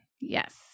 Yes